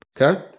okay